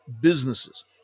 businesses